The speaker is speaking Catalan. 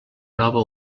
nova